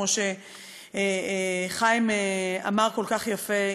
כמו שחיים אמר כל כך יפה,